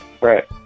Right